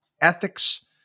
ethics